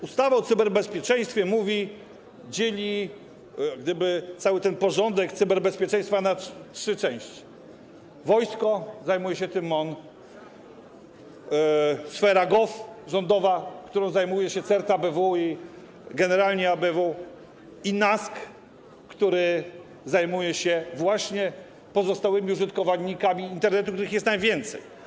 Ustawa o cyberbezpieczeństwie dzieli jak gdyby cały ten porządek cyberbezpieczeństwa na trzy części: wojsko - zajmuje się tym MON, sfera gov, rządowa - którą zajmuje się CERT i generalnie ABW, i NASK - który zajmuje się pozostałymi użytkownikami Internetu, których jest najwięcej.